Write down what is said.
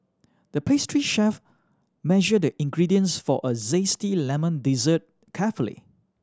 the pastry chef measured the ingredients for a zesty lemon dessert carefully